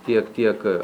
tiek tiek